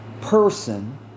person